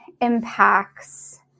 impacts